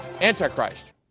Antichrist